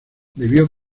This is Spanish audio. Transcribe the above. debió